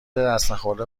دستنخورده